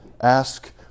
ask